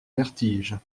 vertige